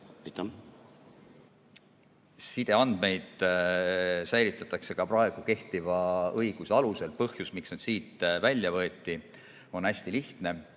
Sideandmeid säilitatakse ka praegu kehtiva õiguse alusel. Põhjus, miks need siit välja võeti, on hästi lihtne.